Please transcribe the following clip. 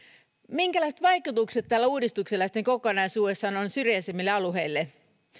minkälaiset vaikutukset tällä uudistuksella sitten kokonaisuudessaan on syrjäisemmille alueille